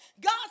God